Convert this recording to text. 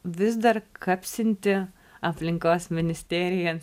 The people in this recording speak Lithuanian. vis dar kapsinti aplinkos ministerija